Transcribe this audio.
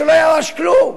שלא ירש כלום.